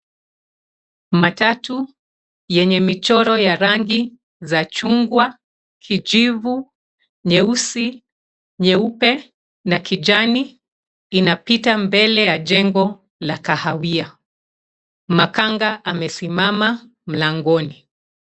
Matatu yenye michoro ya rangi za chungwa, kijivu, nyeusi, nyeupe na kijani inapita mbele ya jengo la kahawia. Makanga amesimama mlangoni.